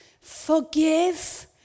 forgive